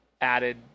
added